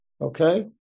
Okay